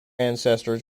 ancestors